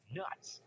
nuts